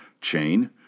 chain